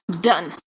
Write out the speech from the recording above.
Done